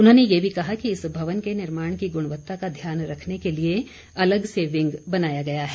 उन्होंने यह भी कहा कि इस भवन के निर्माण की गुणवत्ता का ध्यान रखने के लिए अलग से विंग बनाया गया है